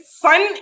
fun